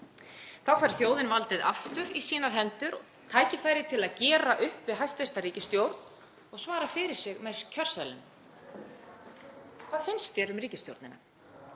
Þá fær þjóðin valdið aftur í sínar hendur og tækifæri til að gera upp við hæstv. ríkisstjórn og svara fyrir sig með kjörseðlinum: Hvað finnst þér um ríkisstjórnina?